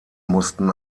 mussten